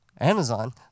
Amazon